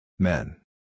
Men